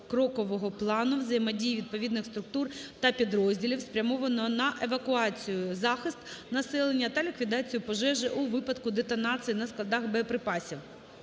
покрокового плану взаємодії відповідних структур та підрозділів, спрямованого на евакуацію/захист населення та ліквідацію пожежі у випадку детонації на складах боєприпасів.